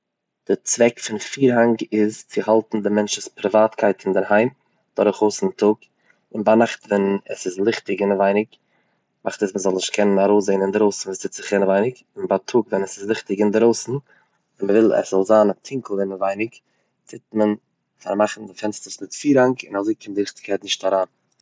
די צוועק פון פירהאנג איז צו האלטן די מענטש'ס פריוואטקייט אינדערהיים דורכאויס'ן טאג, און ביינאכט ווען עס איז ליכטיג אינעווייניג מאכט עס מען זאל נישט קענען ארויסזעהן אינדרויסן וואס טוט זיך אינעווייניג, און בייטאג ווען עס איז ליכטיג אינדרויסן מ'וויל עס זאל זיין טונקל אינעווייניג טוט מען פארמאכן פענסטערס און פירהאנג און אזוי קומט ליכטיגקייט נישט אריין.